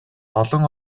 олон